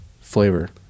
flavor